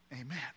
Amen